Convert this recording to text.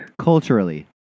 culturally